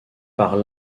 par